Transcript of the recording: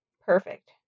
perfect